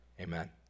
Amen